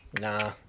Nah